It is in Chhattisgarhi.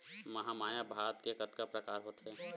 महमाया भात के कतका प्रकार होथे?